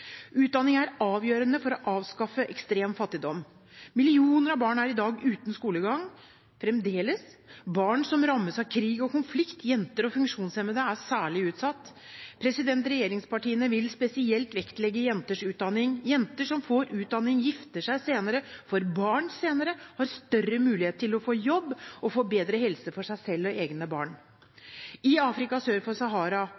Utdanning er avgjørende for å avskaffe ekstrem fattigdom. Millioner av barn er i dag fremdeles uten skolegang. Barn som rammes av krig og konflikt, jenter og funksjonshemmede er særlig utsatt. Regjeringspartiene vil spesielt vektlegge jenters utdanning. Jenter som får utdanning, gifter seg senere, får barn senere, har større mulighet til å få jobb og får bedre helse for seg selv og for egne